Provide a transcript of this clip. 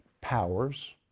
powers